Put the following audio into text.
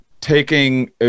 taking